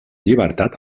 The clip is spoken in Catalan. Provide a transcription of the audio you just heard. llibertat